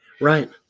right